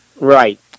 Right